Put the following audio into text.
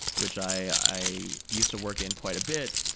which i used to work in quite a bit,